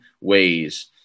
ways